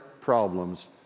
problems